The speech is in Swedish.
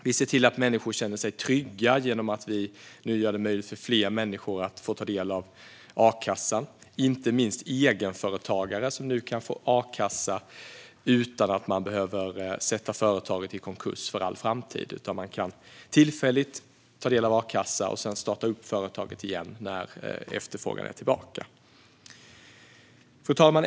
Vi ser till att människor känner sig trygga genom att vi nu gör det möjligt för fler att få ta del av a-kassan, inte minst egenföretagare, som nu kan få a-kassa utan att de behöver sätta företaget i konkurs för all framtid. De kan nu tillfälligt ta del av a-kassa och sedan starta upp företaget igen när efterfrågan är tillbaka. Fru talman!